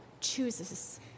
chooses